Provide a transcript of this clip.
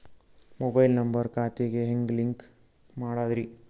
Mobile number ಖಾತೆ ಗೆ ಹೆಂಗ್ ಲಿಂಕ್ ಮಾಡದ್ರಿ?